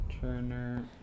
Turner